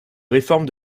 réforme